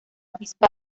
avispa